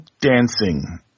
dancing